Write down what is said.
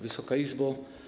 Wysoka Izbo!